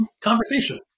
conversation